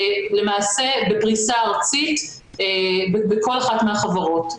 למעשה בפרישה ארצית בכל אחת מהחברות.